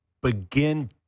begin